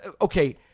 Okay